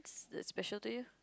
that special to you